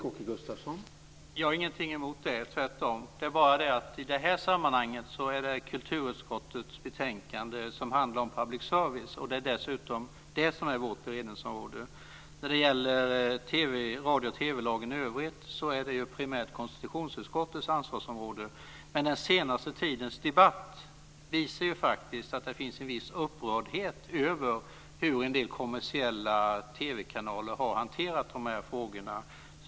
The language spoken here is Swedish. Herr talman! Jag har ingenting emot det - tvärtom. Det är bara det att i det här sammanhanget är det kulturutskottets betänkande som handlar om public service som gäller. Det är också det som är vårt beredningsområde. Radio och TV-lagen i övrigt är primärt konstitutionsutskottets ansvarsområde. Men den senaste tidens debatt visar att det finns en viss upprördhet över hur en del kommersiella TV kanaler har hanterat de här frågorna.